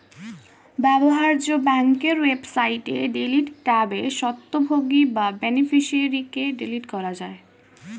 ব্যবহার্য ব্যাংকের ওয়েবসাইটে ডিলিট ট্যাবে স্বত্বভোগী বা বেনিফিশিয়ারিকে ডিলিট করা যায়